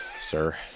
sir